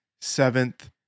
Seventh